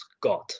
god